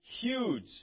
huge